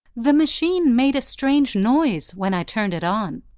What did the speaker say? the machine made a strange noise when i turned it on.